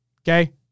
Okay